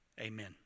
Amen